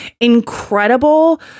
incredible